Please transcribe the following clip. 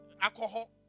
alcohol